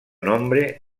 nombre